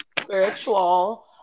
spiritual